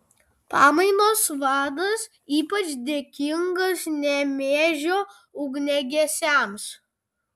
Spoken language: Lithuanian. pamainos vadas ypač dėkingas nemėžio ugniagesiams